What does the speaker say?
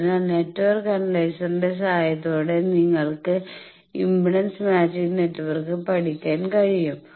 അതിനാൽ നെറ്റ്വർക്ക് അനലൈസറിന്റെ സഹായത്തോടെ നിങ്ങൾക്ക് ഇംപെഡൻസ് മാച്ചിംഗ് നെറ്റ്വർക്ക് പഠിക്കാൻ കഴിയും